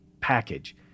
package